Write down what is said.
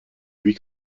louis